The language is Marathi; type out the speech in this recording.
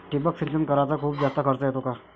ठिबक सिंचन कराच खूप जास्त खर्च येतो का?